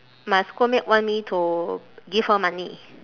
my schoolmate want me to give her money